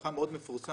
חכם מאוד מפורסם,